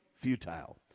futile